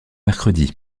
mercredi